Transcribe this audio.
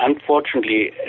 unfortunately